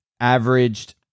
averaged